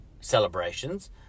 celebrations